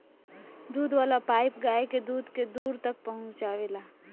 दूध वाला पाइप गाय के दूध के दूर तक पहुचावेला